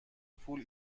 پول